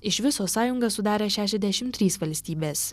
iš viso sąjungą sudarė šešiasdešim trys valstybės